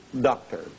doctor